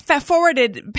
Forwarded